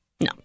No